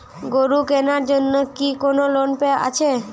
গরু কেনার জন্য কি কোন লোন আছে?